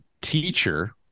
teacher